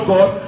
God